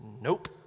nope